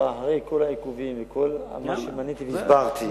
כבר אחרי כל העיכובים וכל מה שמניתי והסברתי,